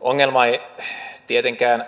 ongelma ei tietenkään